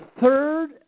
third